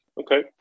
okay